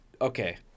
okay